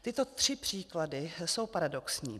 Tyto tři příklady jsou paradoxní.